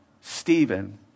Stephen